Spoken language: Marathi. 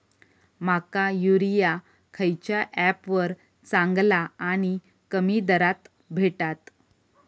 माका युरिया खयच्या ऍपवर चांगला आणि कमी दरात भेटात?